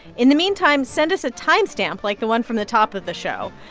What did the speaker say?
in the meantime, send us a time stamp, like the one from the top of the show.